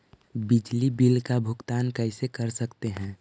बिजली बिल का भुगतान कैसे कर सकते है?